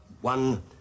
One